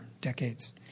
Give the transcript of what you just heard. decades